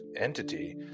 entity